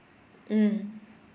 mm